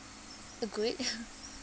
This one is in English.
uh good